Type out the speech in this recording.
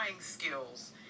skills